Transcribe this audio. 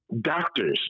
doctors